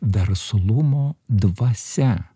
verslumo dvasia